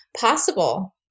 possible